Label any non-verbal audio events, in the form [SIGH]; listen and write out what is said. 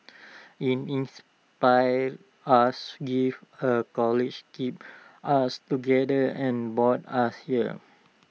in inspired us give her [UNINTELLIGIBLE] kept us together and bought us here